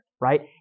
Right